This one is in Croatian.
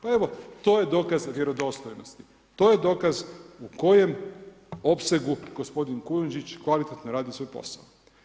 Pa evo, to je dokaz vjerodostojnosti, to je dokaz u kojem opsegu gospodin Kujundžić kvalitetno radi svoj posao.